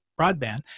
broadband